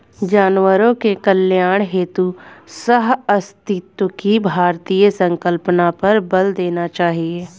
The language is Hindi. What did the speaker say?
जानवरों के कल्याण हेतु सहअस्तित्व की भारतीय संकल्पना पर बल देना चाहिए